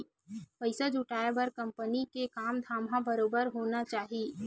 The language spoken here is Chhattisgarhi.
पइसा जुटाय बर कंपनी के काम धाम ह बरोबर बने होना चाही